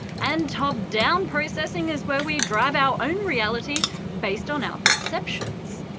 and top-down processing is where we drive our own reality based on our perceptions.